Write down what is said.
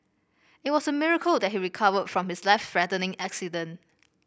it was a miracle that he recovered from his life threatening accident